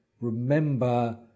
remember